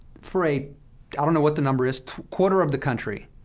for a i don't know what the number is quarter of the country,